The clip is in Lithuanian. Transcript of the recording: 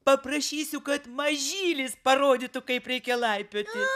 paprašysiu kad mažylis parodytų kaip reikia laipioti